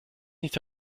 nicht